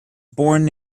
born